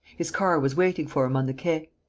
his car was waiting for him on the quay.